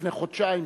לפני חודשיים,